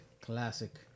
Classic